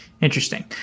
interesting